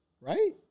right